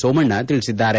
ಸೋಮಣ್ಣ ತಿಳಿಸಿದ್ದಾರೆ